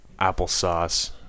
applesauce